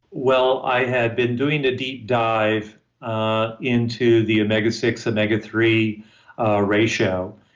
well, i had been doing a deep dive ah into the omega six, omega three ah ratio,